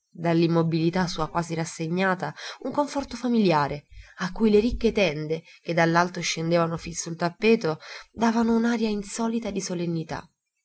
spirasse dall'immobilità sua quasi rassegnata un conforto familiare a cui le ricche tende che dall'alto scendevano fin sul tappeto davano un'aria insolita di solennità